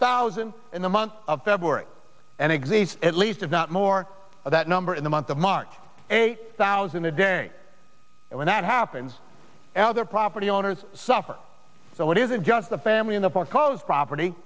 thousand in the month of february and exists at least if not more that number in the month of march eight thousand a day when that happens elder property owners suffer so it isn't just the family in the foreclosed property